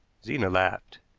zena laughed.